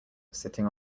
sitting